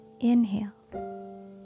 inhale